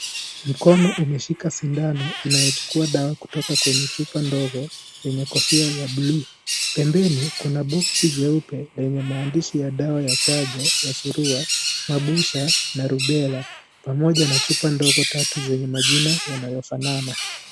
Mkono umeshika sindano inayochukua dawa kutoka kwenye chupa ndogo yenye kofia ya bluu. Pembeni kuna boksi jeupe lenye maandishi ya dawa ya chanjo ya Surua, Mabusha na Rubela pamoja na chupa ndogo tatu zenye majina yanayofanana.